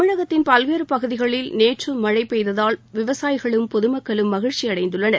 தமிழகத்தின் பல்வேறு பகுதிகளில் நேற்றும் மழை பெய்ததால் விவசாயிகளும் பொதுமக்களும் மகிழ்ச்சி அடைந்துள்ளனர்